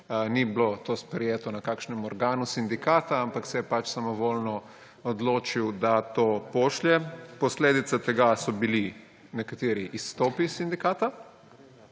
ni bilo sprejeto na kakšnem organu sindikata, ampak se je pač samovoljno odločil, da to pošlje. Posledica tega so bili nekateri izstopi iz sindikata.